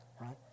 right